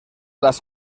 las